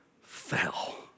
fell